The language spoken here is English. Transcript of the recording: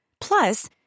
Plus